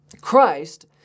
Christ